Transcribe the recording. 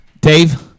Dave